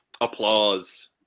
applause